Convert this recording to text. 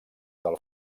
del